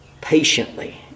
patiently